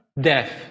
death